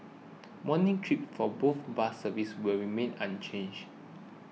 morning trips for both bus services will remain unchanged